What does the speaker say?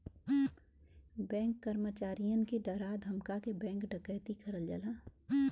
bank कर्मचारियन के डरा धमका के बैंक डकैती करल जाला